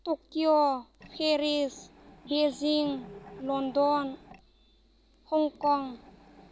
Tokyo Paris हेजिं London Hong Kong